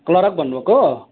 clerk भन्नुभएको